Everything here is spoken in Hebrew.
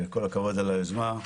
כל הכבוד על היוזמה,